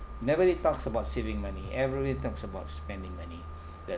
nobody talks about saving money everybody talks about spending money the